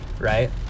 right